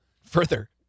Further